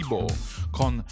Con